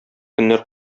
көннәр